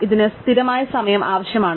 ഇതിന് സ്ഥിരമായ സമയം ആവശ്യമാണ്